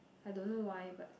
I don't know why but